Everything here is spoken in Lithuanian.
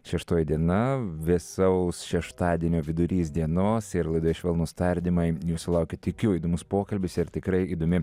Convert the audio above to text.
šeštoji diena vėsaus šeštadienio vidurys dienos ir laidoje švelnūs tardymai jūsų laukia tikiu įdomus pokalbis ir tikrai įdomi